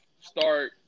start